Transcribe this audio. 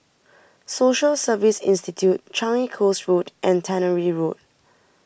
Social Service Institute Changi Coast Road and Tannery Road